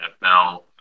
NFL